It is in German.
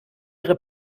ihre